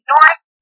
North